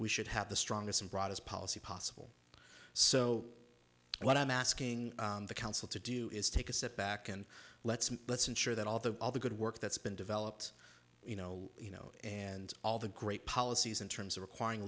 we should have the strongest and broad as policy possible so what i'm asking the council to do is take a step back and let's let's ensure that all the all the good work that's been developed you know you know and all the great policies in terms of requiring